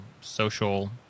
social